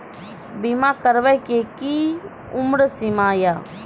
बीमा करबे के कि उम्र सीमा या?